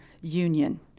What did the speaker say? union